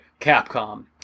capcom